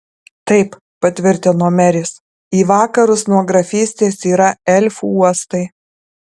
taip patvirtino meris į vakarus nuo grafystės yra elfų uostai